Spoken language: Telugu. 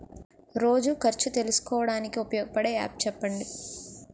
రోజు ఖర్చు తెలుసుకోవడానికి ఉపయోగపడే యాప్ చెప్పండీ?